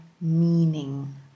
meaning